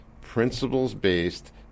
principles-based